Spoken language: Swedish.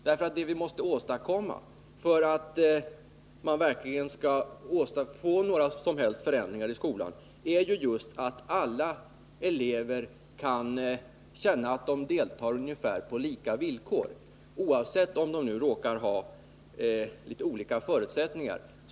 Det vi måste eftersträva, för att verkligen åstadkomma några som helst förändringar i skolan, är just att alla elever kan känna att de deltar ungefär på lika villkor, oavsett om de råkar ha litet olika förutsättningar.